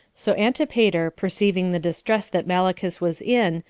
so antipater, perceiving the distress that malichus was in,